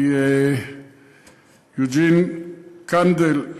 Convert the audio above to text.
מיוג'ין קנדל,